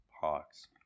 Hawks